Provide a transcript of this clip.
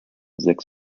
sechs